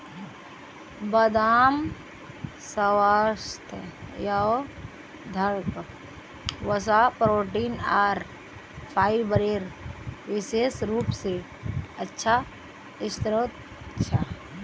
बदाम स्वास्थ्यवर्धक वसा, प्रोटीन आर फाइबरेर विशेष रूप स अच्छा स्रोत छ